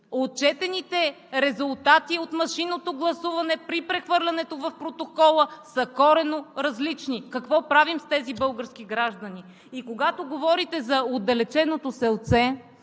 Отчетените резултати от машинното гласуване при прехвърлянето в протокола са коренно различни. Какво правим с тези български граждани? Когато говорите за отдалеченото селце